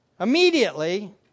Immediately